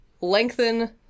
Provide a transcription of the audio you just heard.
Lengthen